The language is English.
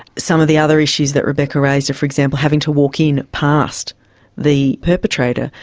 some of the other issues that rebecca raised, for example having to walk in past the perpetrator,